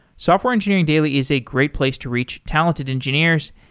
software engineering daily is a great place to reach talented engineers,